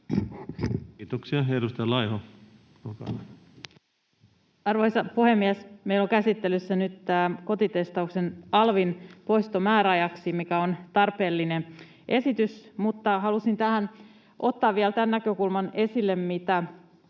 Arvoisa puhemies! Meillä on käsittelyssä nyt tämä kotitestauksen alvin poisto määräajaksi, mikä on tarpeellinen esitys, mutta halusin tähän ottaa vielä tämän näkökulman esille,